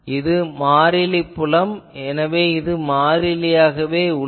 இது மாறிலிப் புலம் எனவே இது மாறிலியாக உள்ளது